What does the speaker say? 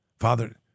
Father